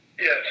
Yes